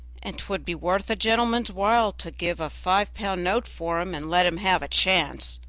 and twould be worth a gentleman's while to give a five-pound note for him, and let him have a chance.